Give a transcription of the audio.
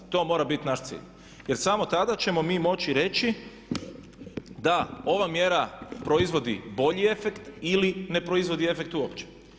To mora biti naš cilj jer samo tada ćemo mi moći reći da ova mjera proizvodi bolji efekt ili ne proizvodi efekt uopće.